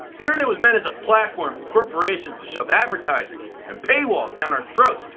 the internet was meant as a platform for corporations to shove advertising and paywalls down our throats.